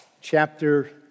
chapter